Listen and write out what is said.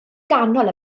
ganol